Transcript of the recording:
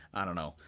i don't know,